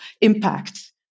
impact